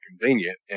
convenient